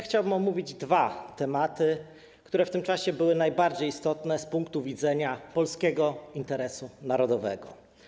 Chciałbym omówić dwa tematy, które w tym czasie były najbardziej istotne z punktu widzenia polskiego interesu narodowego.